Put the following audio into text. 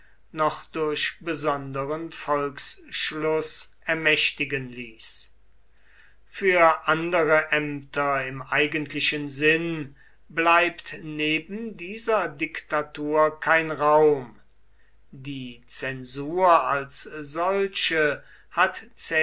für andere ämter im eigentlichen sinn bleibt neben dieser diktatur kein raum die zensur als solche hat